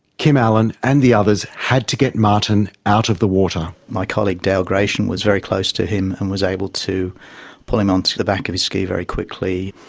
kim allen and the others had to get martin out of the water. my colleague dale gration was very close to him and was able to pull him onto the back of his ski very quickly.